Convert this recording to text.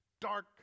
dark